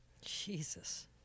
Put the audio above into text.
Jesus